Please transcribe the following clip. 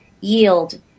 yield